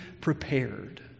prepared